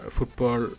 Football